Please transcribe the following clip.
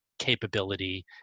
capability